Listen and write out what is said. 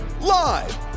live